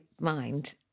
mind